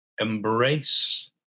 embrace